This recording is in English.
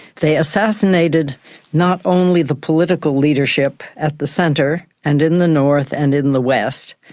they assassinated not only the political leadership at the centre and in the north and in the west,